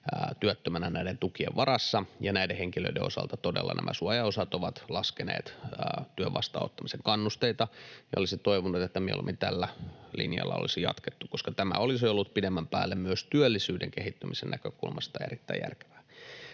työttömänä näiden tukien varassa, ja näiden henkilöiden osalta todella nämä suojaosat ovat laskeneet työn vastaanottamisen kannusteita. Olisin toivonut, että mieluummin tällä linjalla olisi jatkettu, koska tämä olisi ollut pidemmän päälle myös työllisyyden kehittymisen näkökulmasta erittäin järkevää.